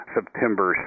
September